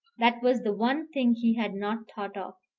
that was the one thing he had not thought of.